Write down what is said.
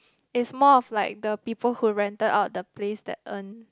is more of like the people who rented out the place that earn